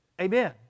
Amen